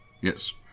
Yes